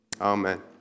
amen